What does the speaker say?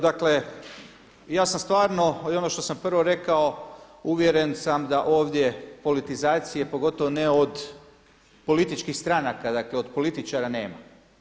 Dakle ja sam stvarno i ono što sam prvo rekao, uvjeren sam da ovdje politizacije, pogotovo ne od političkih stranaka, dakle od političara nema.